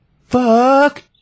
Fuck